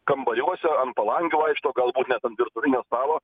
kambariuose ant palangių vaikšto galbūt net ant virtuvinio stalo